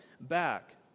back